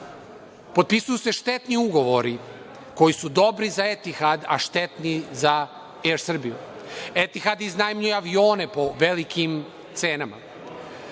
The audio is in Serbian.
Potpisuju se štetni ugovori koji su dobri za „Etihad“, a štetni za „ER Srbiju“. „Etihad“ iznajmljuje avione po velikim cenama.